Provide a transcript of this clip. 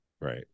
Right